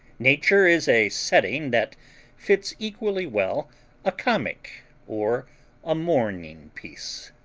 nature is a setting that fits equally well a comic or a mourning piece.